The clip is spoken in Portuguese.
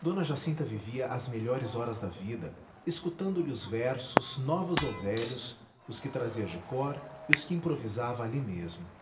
d jacinta vivia as melhores horas da vida escutando lhe os versos novos ou velhos os que trazia de cor e os que improvisava ali mesmo